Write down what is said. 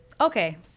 Okay